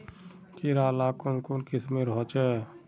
कीड़ा ला कुन कुन किस्मेर होचए?